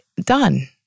Done